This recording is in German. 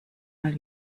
mal